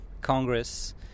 Congress